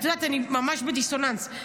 אני ממש בדיסוננס,